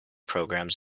programs